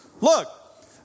look